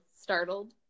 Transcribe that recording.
startled